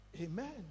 Amen